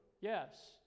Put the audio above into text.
Yes